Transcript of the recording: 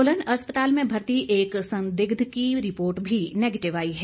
सोलन अस्पताल में भर्ती एक संदिग्ध की रिपोर्ट भी नैगेटिव आई है